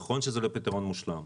נכון שזה לא פתרון מושלם,